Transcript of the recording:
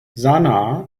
sanaa